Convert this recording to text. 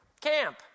camp